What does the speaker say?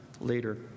later